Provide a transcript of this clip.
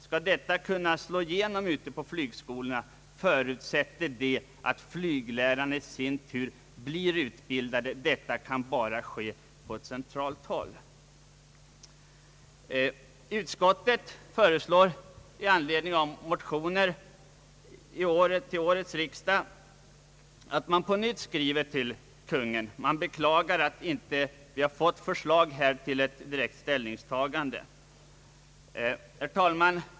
Skall den uppfattningen kunna slå igenom ute på flygskolorna, förutsätter det att flyglärarna i sin tur blir utbildade — det kan bara ske centralt. Utskottet föreslår nu i anledning av motioner till årets riksdag att riksdagen på nytt skriver till Kungl. Maj:t. Utskottet synes beklaga att regeringen inte lagt fram något förslag eller redovisat något direkt ställningstagande. Herr talman!